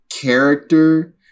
character